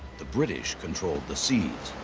the british controlled the seas.